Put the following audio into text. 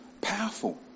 Powerful